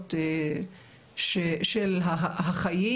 למקורות של החיים,